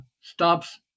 stops